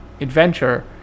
Adventure